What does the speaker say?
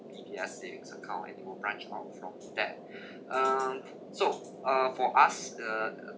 D_B_S savings account and it will branch out from that um so uh for us the